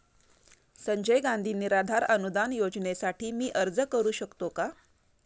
संजय गांधी निराधार अनुदान योजनेसाठी मी अर्ज करू शकतो का?